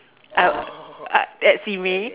I I at simei